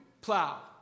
plow